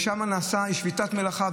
יש שביתת מלאכה,